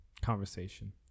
Conversation